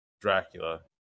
Dracula